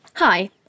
Hi